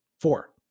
four